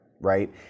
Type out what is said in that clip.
Right